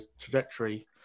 trajectory